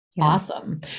Awesome